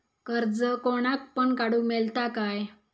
कर्ज कोणाक पण काडूक मेलता काय?